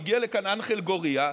הגיע לכאן אנחל גורייה,